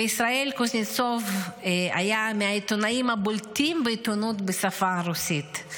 בישראל קוזנצוב היה מהעיתונאים הבולטים בעיתונות בשפה הרוסית.